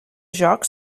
joc